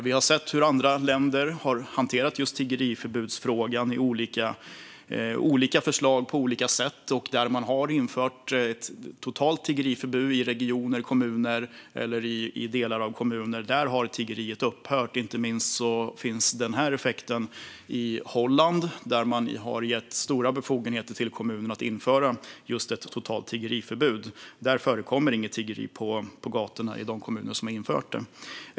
Vi har sett hur andra länder har hanterat just tiggeriförbudsfrågan på olika sätt. I regioner, kommuner eller delar av kommuner där man har infört ett totalt tiggeriförbud har tiggeriet upphört. Inte minst kan man se den effekten i Holland, där man har gett stora befogenheter till kommunerna att införa ett totalt tiggeriförbud. Där förekommer inget tiggeri på gatorna i de kommuner som har infört ett sådant förbud.